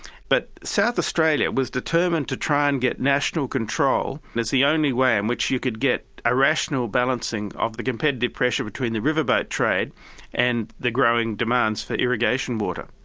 but south australia was determined to try and get national control and as the only way in which you could get a rational balancing of the competitive pressure between the riverboat trade and the growing demands for irrigation water.